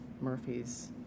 Murphy's